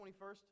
21st